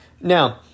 Now